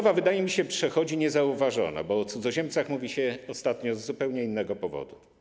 Wydaje mi się, że ta ustawa przechodzi niezauważona, bo o cudzoziemcach mówi się ostatnio z zupełnie innego powodu.